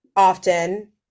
often